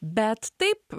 bet taip